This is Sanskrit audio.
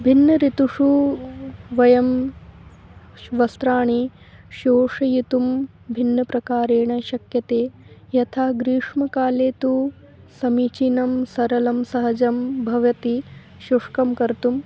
भिन्नऋतोः वयं वस्त्राणि शोषयितुं भिन्नप्रकारेण शक्यते यथा ग्रीष्मकाले तु समीचीनं सरलं सहजं भवति शुष्कं कर्तुम्